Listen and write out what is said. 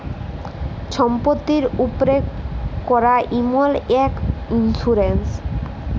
ছম্পত্তির উপ্রে ক্যরা ইমল ইক ইল্সুরেল্স